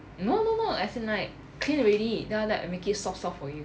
no no no as in like clean already then after that I make it soft soft for you